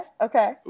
okay